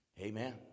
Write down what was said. Amen